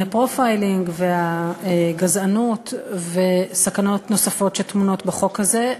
profiling והגזענות וסכנות נוספות שטמונות בחוק הזה.